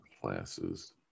classes